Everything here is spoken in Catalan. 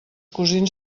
cosins